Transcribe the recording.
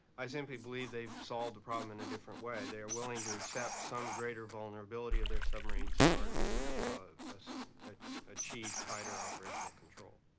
i simply believe they've solved the problem in a different way. they are willing to accept some greater vulnerability of their submarines in order to ah achieve tighter operational control.